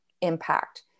impact